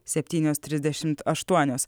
septynios trisdešimt aštuonios